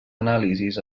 anàlisis